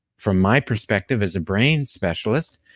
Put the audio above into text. from my perspective as a brain specialist,